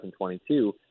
2022